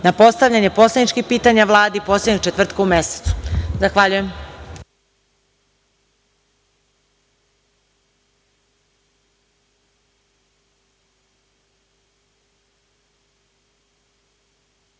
na postavljanje poslaničkih pitanja Vladi, poslednjeg četvrtak u mesecu. Zahvaljujem.(Posle